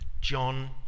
John